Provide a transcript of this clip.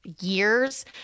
years